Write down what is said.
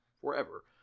forever